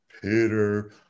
Peter